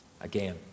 Again